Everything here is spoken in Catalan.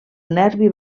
nervi